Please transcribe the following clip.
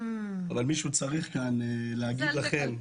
אבל מישהו צריך להגיד לכם,